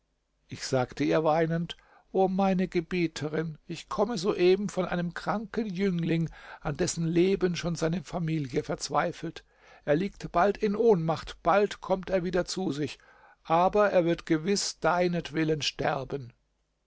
ich sagte ihr weinend o meine gebieterin ich komme soeben von einem kranken jüngling an dessen leben schon seine familie verzweifelt er liegt bald in ohnmacht bald kommt er wieder zu sich aber er wird gewiß deinetwillen sterben